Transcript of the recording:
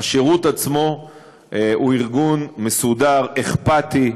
השירות עצמו הוא ארגון מסודר, אכפתי,